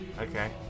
Okay